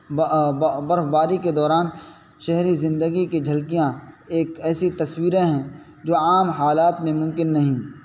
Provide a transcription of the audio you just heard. با برف باری کے دوران شہری زندگی کی جھلکیاں ایک ایسی تصویریں ہیں جو عام حالات میں ممکن نہیں